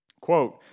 Quote